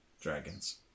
Dragons